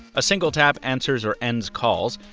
a single tap answers or ends calls.